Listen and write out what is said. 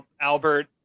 Albert